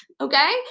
Okay